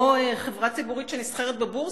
או חברה ציבורית שנסחרת בבורסה,